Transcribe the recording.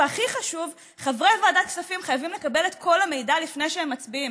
והכי חשוב: חברי ועדת הכספים חייבים לקבל את כל המידע לפני שהם מצביעים.